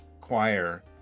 choir